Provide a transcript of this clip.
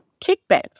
kickback